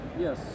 Yes